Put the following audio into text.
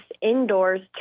indoors